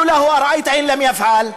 (אומר בערבית ומתרגם:)